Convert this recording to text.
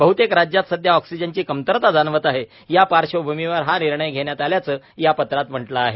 बहतेक राज्यात सध्या ऑक्सीजनची कमतरता जाणवत आहे या पार्श्वभ्मीवर हा निर्णय घेण्यात आल्याचं या पत्रात म्हटलं आहे